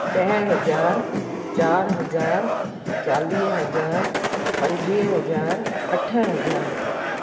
ॾह हज़ार चारि हज़ार चालीह हज़ार पंजवीह हज़ार अठ हज़ार